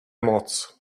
moc